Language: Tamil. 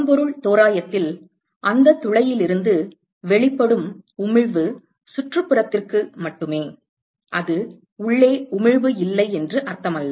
கரும்பொருள் தோராயத்தில் அந்த துளையிலிருந்து வெளிப்படும் உமிழ்வு சுற்றுப்புறத்திற்கு மட்டுமே அது உள்ளே உமிழ்வு இல்லை என்று அர்த்தமல்ல